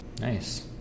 Nice